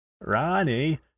Ronnie